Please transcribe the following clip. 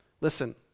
Listen